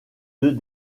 deux